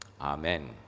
amen